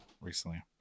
recently